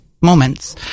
moments